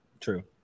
true